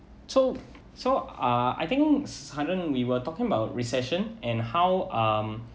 so so uh I think saran we were talking about recession and how um